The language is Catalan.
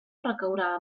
recaurà